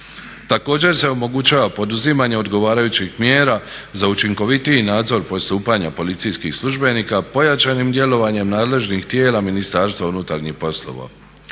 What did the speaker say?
Također se omogućava poduzimanje odgovarajućih mjera za učinkovitiji nadzor postupanja policijskih službenika pojačanim djelovanjem nadležnih tijela Ministarstva unutarnjih poslova.